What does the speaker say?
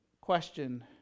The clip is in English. question